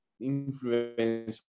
influence